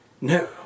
No